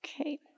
Okay